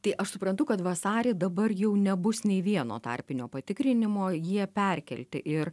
tai aš suprantu kad vasarį dabar jau nebus nei vieno tarpinio patikrinimo jie perkelti ir